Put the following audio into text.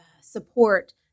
support